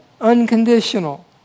unconditional